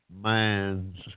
minds